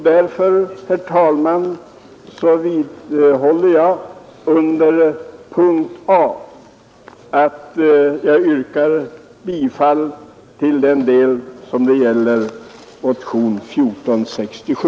Därför, herr talman, vidhåller jag under punkten A mitt yrkande om bifall till motionen 1467.